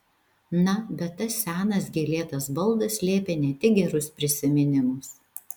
na bet tas senas gėlėtas baldas slėpė ne tik gerus prisiminimus